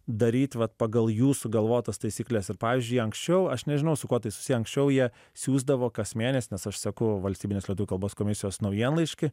daryt va pagal jų sugalvotas taisykles ir pavyzdžiui anksčiau aš nežinau su kuo tai susiję anksčiau jie siųsdavo kas mėnesį nes aš seku valstybinės lietuvių kalbos komisijos naujienlaiškį